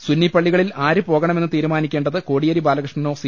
സുന്നി പള്ളികളിൽ ആര് പോകണ മെന്ന് തീരുമാനിക്കേണ്ടത് കോടിയേരി ബാലകൃഷ്ണനോ സി